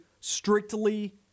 strictly